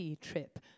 trip